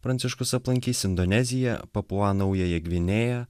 pranciškus aplankys indoneziją papua naująją gvinėja